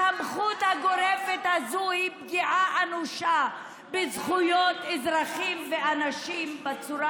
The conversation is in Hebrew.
הסמכות הגורפת הזו היא פגיעה אנושה בזכויות אזרחים ואנשים בצורה